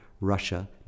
Russia